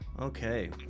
Okay